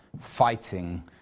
fighting